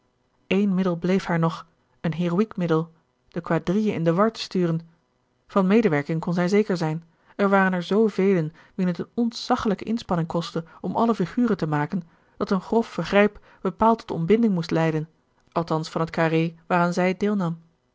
één middel bleef haar nog een heroiek middel de quadrille in de war te sturen van medewerking kon zij zeker zijn er waren er zoo velen wien het een ontzaggelijke inspanning kostte om alle figuren te maken dat een grof vergrijp bepaald tot ontbinding moest leiden althans van het carré waaraan zij deelnam